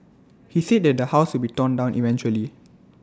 he said that the house will be torn down eventually